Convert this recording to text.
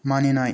मानिनाय